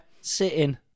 sit-in